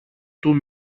του